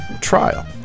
trial